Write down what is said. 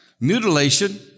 mutilation